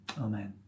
Amen